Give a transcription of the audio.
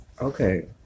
Okay